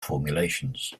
formulations